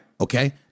Okay